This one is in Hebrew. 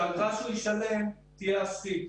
שהאגרה שהוא ישלם תהיה אפסית.